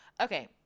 Okay